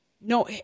No